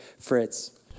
Fritz